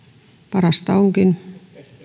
parasta onkin